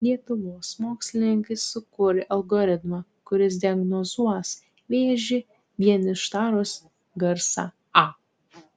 lietuvos mokslininkai sukūrė algoritmą kuris diagnozuos vėžį vien ištarus garsą a